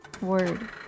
word